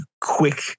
quick